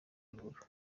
ruguru